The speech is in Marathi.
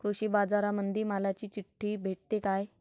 कृषीबाजारामंदी मालाची चिट्ठी भेटते काय?